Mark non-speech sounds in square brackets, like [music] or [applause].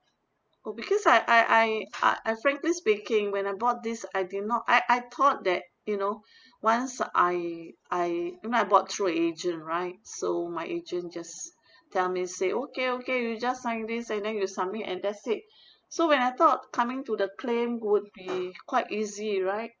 oh because I I I ah [noise] I frankly speaking when I bought this I did not I I thought that you know [breath] once I I I mean I bought through an agent right so my agent just tell me say okay okay you just sign this and then you submit and that's it [breath] so when I thought coming to the claim would be [noise] quite easy right